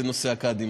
לנושא הקאדים,